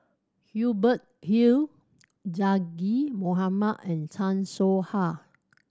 Hubert Hill Zaqy Mohamad and Chan Soh Ha